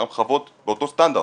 אותן חוות באותו סטנדרט,